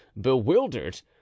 bewildered